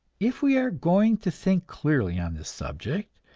if we are going to think clearly on this subject,